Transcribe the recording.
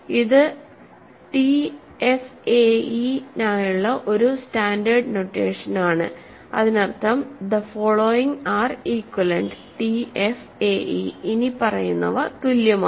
ഇത് TFAE നായുള്ള ഒരു സ്റ്റാൻഡേർഡ് നൊട്ടേഷനാണ് അതിനർത്ഥം the following are equivalent TFAE ഇനിപ്പറയുന്നവ തുല്യമാണ്